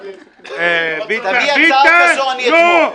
תביא הצעה כזו, אני אתמוך.